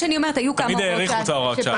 תמיד האריכו את הוראות השעה.